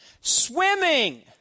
Swimming